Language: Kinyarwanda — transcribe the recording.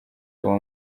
uwo